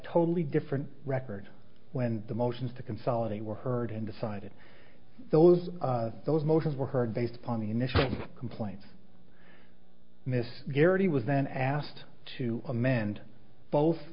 totally different record when the motions to consolidate were heard and decided those those motions were heard based upon the initial complaints miss geraghty was then asked to amend both